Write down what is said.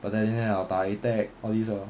battalion liao 打 ATEC all these lor